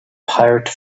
pirate